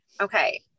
Okay